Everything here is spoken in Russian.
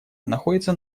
находится